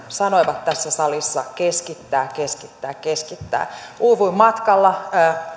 sanoivat tässä salissa keskittää keskittää keskittää uuvuin matkalla